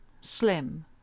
slim